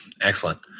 Excellent